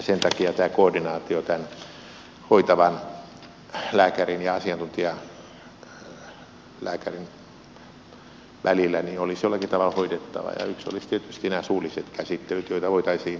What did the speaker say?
sen takia tämä koordinaatio tämän hoitavan lääkärin ja asiantuntijalääkärin välillä olisi jollakin tavalla hoidettava